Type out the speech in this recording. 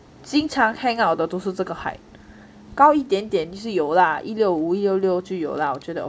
经常 hang out 的都是这个 height 高一点点就是有了一六五一六六就有了我觉得